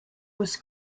was